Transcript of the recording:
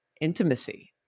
intimacy